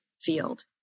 field